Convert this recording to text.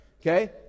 okay